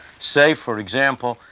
say, for example,